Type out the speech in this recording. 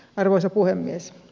arvoisa puhemies